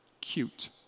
Cute